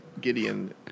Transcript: Gideon